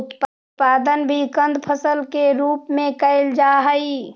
उत्पादन भी कंद फसल के रूप में कैल जा हइ